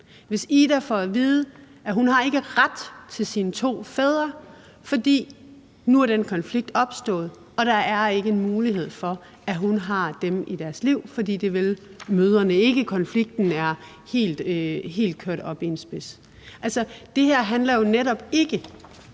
hvis Ida får at vide, at hun ikke har ret til sine to fædre, fordi den konflikt nu er opstået og der så ikke er nogen mulighed for, at hun har dem i sit liv, altså fordi det vil mødrene ikke, fordi konflikten er kørt helt op i en spids. Altså, det her handler jo netop ikke